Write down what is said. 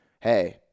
hey